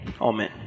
amen